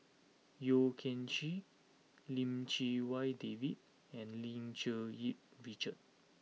Yeo Kian Chye Lim Chee Wai David and Lim Cherng Yih Richard